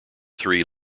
three